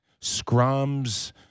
Scrums